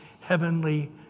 heavenly